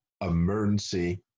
emergency